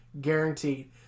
guaranteed